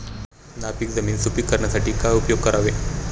नापीक जमीन सुपीक करण्यासाठी काय उपयोग करावे?